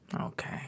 Okay